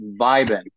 vibing